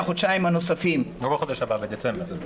לא בחודש הבא, בדצמבר.